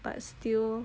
but still